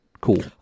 Cool